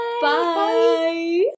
Bye